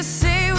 say